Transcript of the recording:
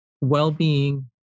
well-being